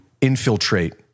infiltrate